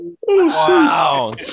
Wow